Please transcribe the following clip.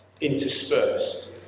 interspersed